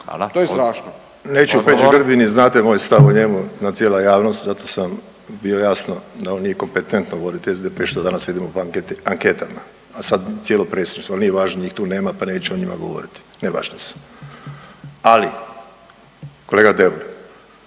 (Nezavisni)** Neću o Peđi Grbinu, vi znate moj stav o njemu, zna cijela javnost, zato sam bio jasno da nije kompetentan govoriti SDP što danas vidimo po anketama. A sad cijelo predsjedništvo, ali nije važno. Njih tu nema pa neću o njima govoriti, nevažni su. Ali kolega Deur